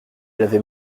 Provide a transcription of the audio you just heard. l’avais